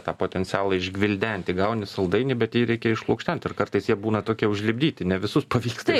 tą potencialą išgvildenti gauni saldainį bet jį reikia išlukštent ir kartais jie būna tokie užlipdyti ne visus pavyksta